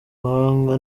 buhanga